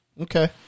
Okay